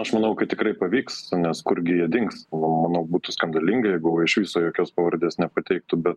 aš manau kad tikrai pavyks nes kurgi jie dings manau butų skandalinga jeigu iš viso jokios pavardės nepateiktų bet